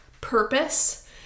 purpose